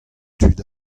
tud